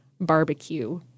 barbecue